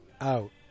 out